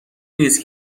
نیست